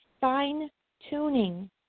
Fine-tuning